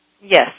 Yes